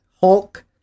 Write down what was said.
Hulk